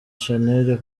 channel